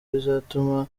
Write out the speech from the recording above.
bizatuma